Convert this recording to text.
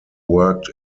worked